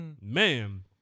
man